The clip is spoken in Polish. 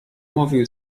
mówi